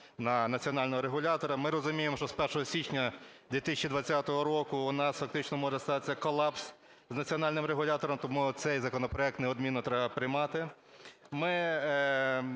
на національного регулятора. Ми розуміємо, що з 1 січня 2020 року у нас фактично може статися колапс з національним регулятором. Тому цей законопроект неодмінно треба приймати. Ми